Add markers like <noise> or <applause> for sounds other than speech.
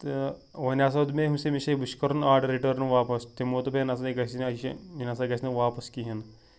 تہٕ وۄنۍ ہسا وُد مےٚ <unintelligible> چھِ وٕچھ کرُن آرڈر رِٹٲرٕن واپس تٔمۍ ووٚن دوٚپ ہے نہ سا یہِ گژھِ نہٕ یہِ چھُ یہِ نسا گژھِ نہٕ واپس کِہینۍ